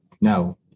No